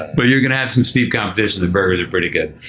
but you're gonna have some stiff competition. the burgers are pretty good.